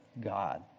God